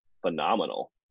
phenomenal